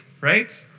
right